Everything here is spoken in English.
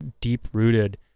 deep-rooted